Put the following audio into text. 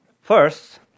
First